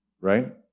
right